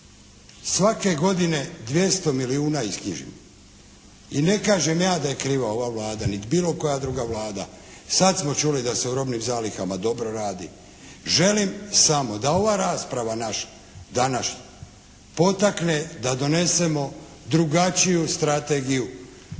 svake godine 200 milijuna isknjižimo. I ne kažem ja da je kriva ova Vlada niti bilo koja druga Vlada. Sad smo čuli da se u robnim zalihama dobro radi. Želim samo da ova rasprava naša današnja potakne da donesemo drugačiju strategiju